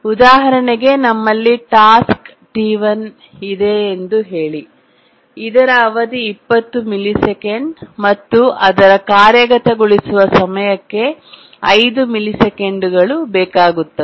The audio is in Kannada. ಉದಾಹರಣೆಗೆ ನಮ್ಮಲ್ಲಿ ಟಾಸ್ಕ್ T1 ಇದೆ ಎಂದು ಹೇಳಿ ಇದರ ಅವಧಿ 20 ಮಿಲಿಸೆಕೆಂಡ್ ಮತ್ತು ಅದರ ಕಾರ್ಯಗತಗೊಳಿಸುವ ಸಮಯಕ್ಕೆ 5 ಮಿಲಿಸೆಕೆಂಡುಗಳು ಬೇಕಾಗುತ್ತವೆ